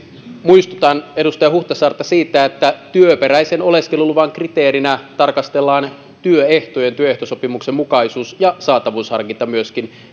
muistutan edustaja huhtasaarta siitä että työperäisen oleskeluluvan kriteerinä tarkastellaan työehtojen ja työehtosopimuksen mukaisuus ja saatavuusharkinta myöskin